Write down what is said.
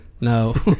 No